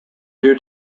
due